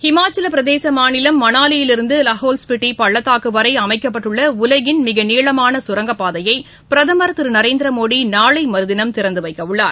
ஹிமாச்சலபிரதேசமாநிலம் மனாலியிலிருந்துலஹோல் ஸ்பிட்டிபள்ளத்தாக்குவரைஅமைக்கப்பட்டுள்ளஉலகின் மிகநீளமானசுரங்கப்பாதையைபிரதமர் திருநரேந்திரமோடிநாளைமறுதினம் திறந்துவைக்கவுள்ளார்